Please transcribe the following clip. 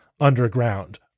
underground